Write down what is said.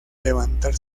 levantar